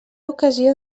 ocasió